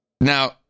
now